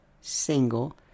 single